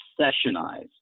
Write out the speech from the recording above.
Sessionize